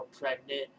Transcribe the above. pregnant